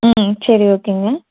ம் சரி ஓகேங்க